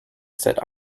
set